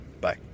Bye